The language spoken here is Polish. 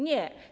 Nie.